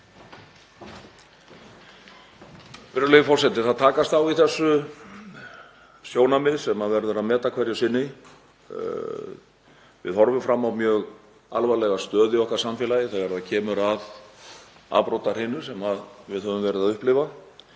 Það takast á í þessu sjónarmið sem verður að meta hverju sinni. Við horfum fram á mjög alvarlega stöðu í samfélagi okkar þegar kemur að afbrotahrinu sem við höfum verið að upplifa.